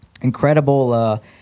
Incredible